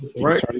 Right